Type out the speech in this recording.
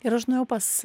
ir aš nuėjau pas